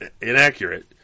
inaccurate